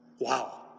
Wow